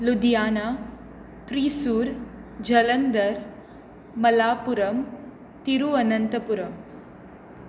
Ludhiana Thrissur Jalandhar Malappuram Thiruvananthapuram